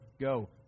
go